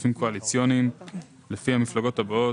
כספים קואליציוניים לפי המפלגות הבאות: